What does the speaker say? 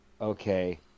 okay